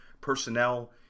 personnel